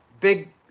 big